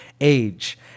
age